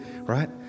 right